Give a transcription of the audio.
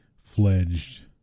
fledged